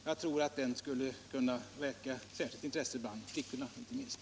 Jag tror att den skulle väcka särskilt intresse inte minst bland flickorna.